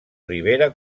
rivera